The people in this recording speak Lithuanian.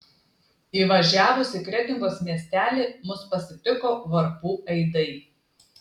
įvažiavus į kretingos miestelį mus pasitiko varpų aidai